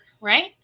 Right